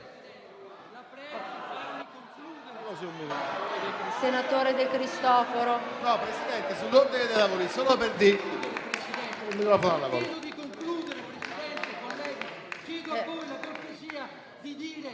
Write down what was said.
senatore De Cristofaro